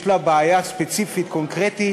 יש לה בעיה ספציפית קונקרטית